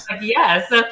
yes